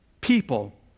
people